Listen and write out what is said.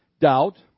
Doubt